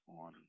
on